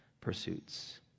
pursuits